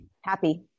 Happy